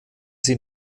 sie